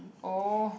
oh